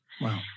Wow